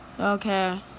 okay